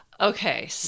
okay